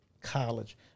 college